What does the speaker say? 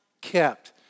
kept